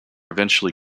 eventually